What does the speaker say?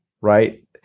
right